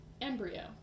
embryo